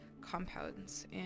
compounds